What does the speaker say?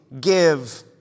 give